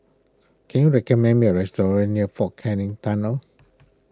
can you recommend me a restaurant near fort Canning Tunnel